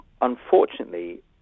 unfortunately